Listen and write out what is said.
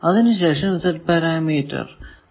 അതിനു ശേഷം Z parameter കണ്ടെത്തുക